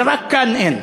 רק כאן אין.